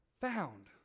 found